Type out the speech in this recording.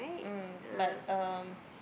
mm but um